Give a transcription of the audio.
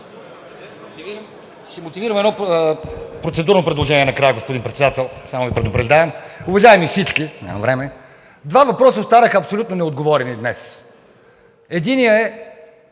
Ще мотивирам едно процедурно предложение накрая, господин Председател, само Ви предупреждавам. Уважаеми всички, няма време, два въпроса останаха абсолютно неотговорени днес. Единият е